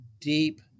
deep